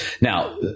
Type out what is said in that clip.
Now